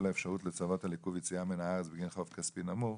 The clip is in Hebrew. האפשרות לצוות על עיכוב יציאה מן הארץ בגין חוב כספי נמוך),